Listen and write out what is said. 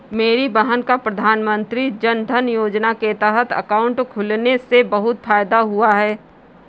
मेरी बहन का प्रधानमंत्री जनधन योजना के तहत अकाउंट खुलने से बहुत फायदा हुआ है